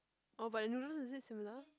oh but the noodles is it similar